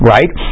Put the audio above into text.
Right